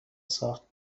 ساخت